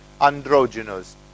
androgynous